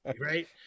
right